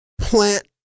plant